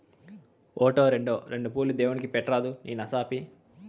ఓటో, రోండో రెండు పూలు దేవుడిని పెట్రాదూ నీ నసాపి